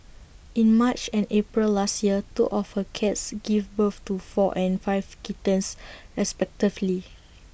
in March and April last year two of her cats give birth to four and five kittens respectively